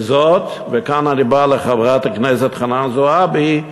וזאת, וכאן אני בא לחברת הכנסת חנין זועבי,